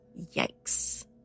yikes